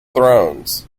thrones